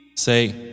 Say